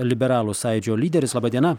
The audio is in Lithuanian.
liberalų sąjūdžio lyderis laba diena